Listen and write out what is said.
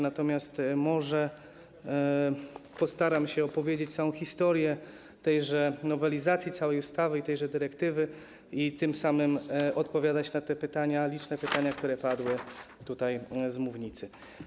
Natomiast może postaram się opowiedzieć całą historię tejże nowelizacji całej ustawy i tejże dyrektywy i tym samym odpowiadać na liczne pytania, które padły tutaj z mównicy.